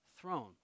throne